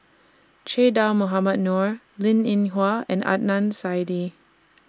Che Dah Mohamed Noor Linn in Hua and Adnan Saidi